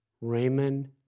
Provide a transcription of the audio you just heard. Raymond